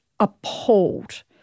appalled